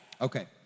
Okay